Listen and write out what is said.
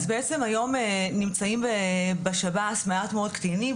אז בעצם היום נמצאים בשב"ס מעט מאוד קטינים,